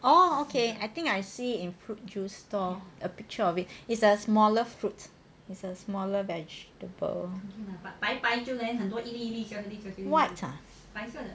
orh okay I think I see it in fruit juice stall a picture of it it's a smaller fruit a smaller vegetable white ah